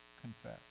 confess